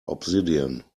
obsidian